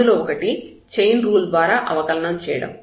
అందులో ఒకటి chain rule ద్వారా అవకలనం చేయడం